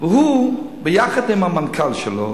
ביחד עם המנכ"ל שלו,